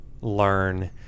learn